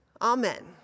Amen